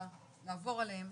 לעבור עליהן,